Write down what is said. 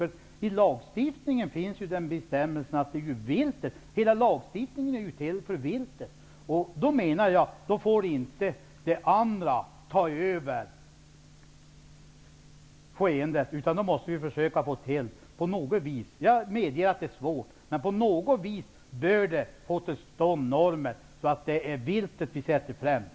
Hela lagstiftningen är till för viltet, och jag menar att då får inte någonting annat ta över. Jag medger att det här är svårt, men på något vis bör vi få till stånd normer som innebär att vi sätter viltet främst.